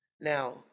Now